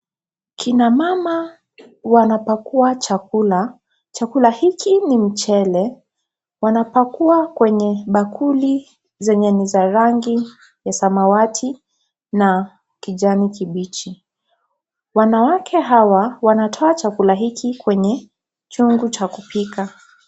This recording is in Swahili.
Kina mama, wanapakua chakula, chakula hiki ni mchele, wanapakua kwenye bakuli, zenye ni za rangi, ya samawati, na, kijani kibichi, wanawake hawa, wanatoa chakula hiki kwenye, chungu cha kupika.